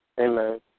Amen